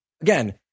again